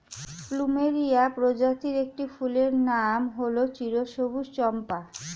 plumeria প্রজাতির একটি ফুলের নাম হল চিরসবুজ চম্পা